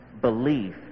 belief